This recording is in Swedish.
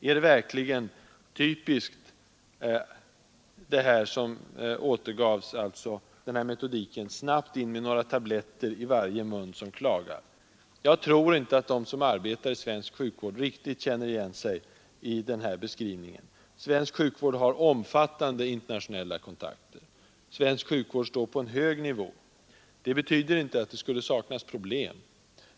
Är den metodik som återgavs verkligen typisk: Snabbt in med några tabletter i varje mun som klagar? Jag tror inte att de som arbetar i svensk sjukvård riktigt känner igen sig i den beskrivningen. Svensk sjukvård har omfattande internationella kontakter. Svensk sjukvård står på en hög nivå. Det betyder inte att det skulle saknas problem.